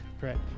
Correct